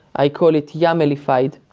i call it yamlified.